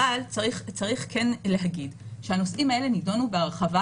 אבל צריך להגיד שהנושאים האלה נדונו בהרחבה